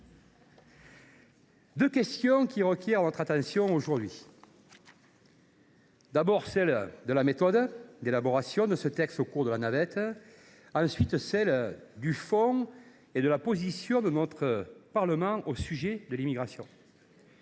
deux questions requièrent notre attention aujourd’hui : tout d’abord, celle de la méthode d’élaboration de ce texte au cours de la navette ; ensuite, la question de fond, celle de la position de notre Parlement au sujet de l’immigration.